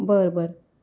बरं बरं